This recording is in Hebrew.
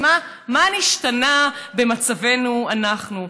אז מה נשתנה במצבנו אנחנו.